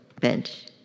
bench